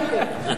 מה יהיה?